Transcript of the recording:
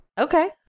Okay